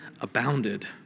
abounded